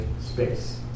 space